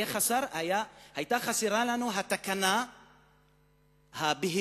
היתה חסרה לנו התקנה הבהירה,